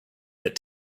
that